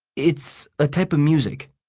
it's a type of music,